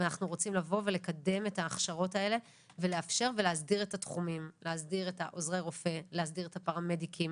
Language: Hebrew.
אין שום בעיה להוסיף לקורס פרמדיקים